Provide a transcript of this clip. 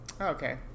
Okay